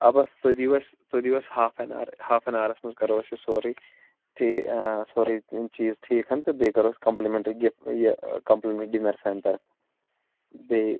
ٲں بس تُہۍ دِیِو اسہِ تُہۍ دِیِو اسہِ half an hour half an اورَس منٛز کَرو أسۍ یہِ سورٕے ٹھی ٲں سورٕے چیٖز ٹھیٖک تہٕ بیٚیہِ کَرو أسۍ کمپٕلمیٚنٹری گفٹہٕ یہِ کمپٕلمیٚنٹ ڈِنر سانہِ طرفہٕ بیٚیہِ